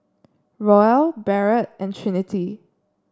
Roel Barrett and Trinity